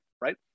right